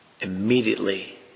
immediately